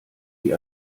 die